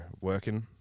working